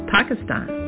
Pakistan